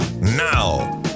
now